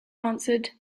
answered